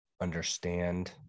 understand